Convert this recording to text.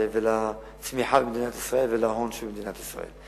לצמיחה במדינת ישראל ולהון שבמדינת ישראל.